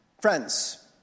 Friends